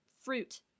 fruit